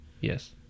Yes